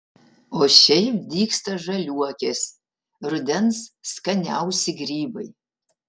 o šiaip dygsta žaliuokės rudens skaniausi grybai